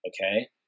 okay